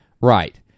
Right